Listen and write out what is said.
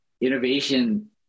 innovation